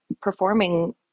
performing